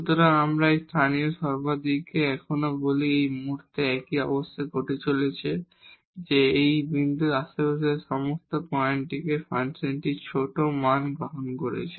সুতরাং আমরা এই মাক্সিমাম লোকালিকে এখানেও বলি এই মুহুর্তে একই অবস্থা ঘটছে যে এই বিন্দুর আশেপাশের সমস্ত পয়েন্ট ফাংশনটি ছোট মান গ্রহণ করছে